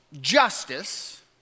justice